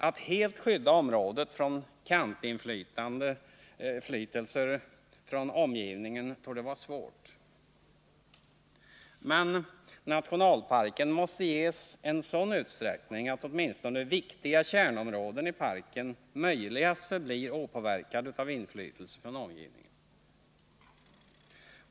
Att helt skydda området från kantinflytelser från omgivningen torde vara svårt. Men nationalparken måste ges en sådan utsträckning att åtminstone viktiga kärnområden i parken förblir opåverkade av inflytelser från omgivningen.